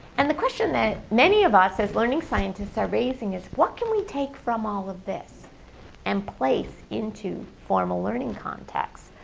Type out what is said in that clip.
and the question that many of us as learning scientists are raising is what can we take from all of this and placed into a formal learning context?